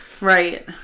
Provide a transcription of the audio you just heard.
right